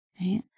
right